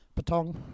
Patong